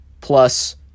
plus